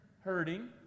hurting